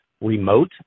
remote